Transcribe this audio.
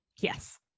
Yes